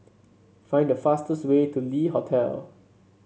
find the fastest way to Le Hotel